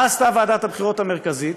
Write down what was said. מה עשתה ועדת הבחירות המרכזית?